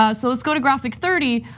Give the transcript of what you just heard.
ah so let's go to graphic thirty.